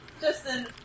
Justin